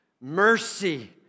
Mercy